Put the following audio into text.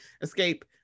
Escape